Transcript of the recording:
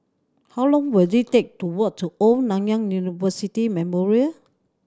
how long will it take to walk to Old Nanyang University Memorial